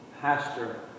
pastor